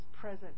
present